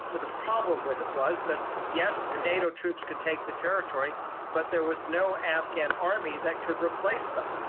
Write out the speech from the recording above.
but the problem with it was that, yes, the nato troops could take the territory but there was no afghan afghan army that could replace them.